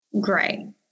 Great